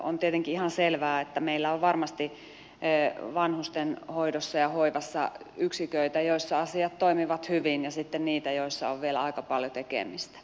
on tietenkin ihan selvää että meillä on varmasti vanhusten hoidossa ja hoivassa yksiköitä joissa asiat toimivat hyvin ja sitten niitä joissa on vielä aika paljon tekemistä